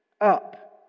Up